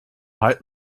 halt